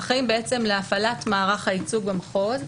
הם בעצם אחראים להפעלת מערך הייצוג במחוז.